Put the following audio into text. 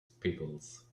pickles